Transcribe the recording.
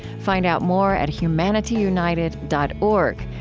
find out more at humanityunited dot org,